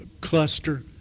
cluster